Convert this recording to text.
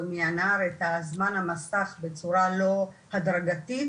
מהנער את זמן המסך בצורה לא הדרגתית,